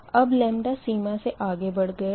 अब सीमा से आगे बढ़ गया है